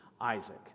Isaac